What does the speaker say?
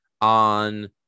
on